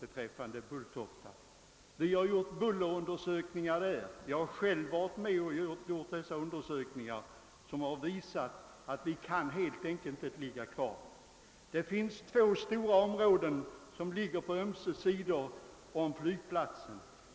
Jag har själv varit med och gjort bullerundersökningar som visat att flygfältet på Bull tofta helt enkelt inte kan få ligga kvar där det nu ligger. Det finns två stora områden med bebyggelse på ömse sidor om flygplatsen.